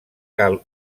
cal